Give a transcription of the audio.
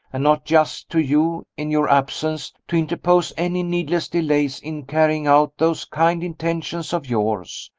and not just to you in your absence, to interpose any needless delays in carrying out those kind intentions of yours,